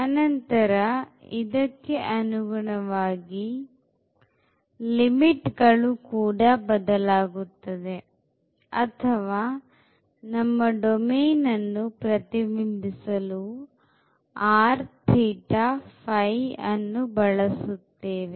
ಅನಂತರ ಇದಕ್ಕೆ ಅನುಗುಣವಾಗಿ ಲಿಮಿಟ್ ಗಳು ಕೂಡ ಬದಲಾಗುತ್ತದೆ ಅಥವಾ ನಮ್ಮ ಡೊಮೇನ್ ಅನ್ನು ಪ್ರತಿಬಿಂಬಿಸಲು rθϕ ಅನ್ನು ಬಳಸುತ್ತೇವೆ